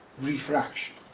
refraction